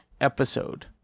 episode